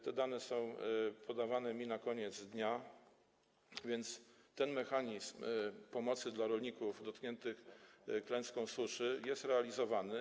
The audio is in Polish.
Te dane są mi podawane na koniec dnia, więc mechanizm pomocy dla rolników dotkniętych klęską suszy jest realizowany.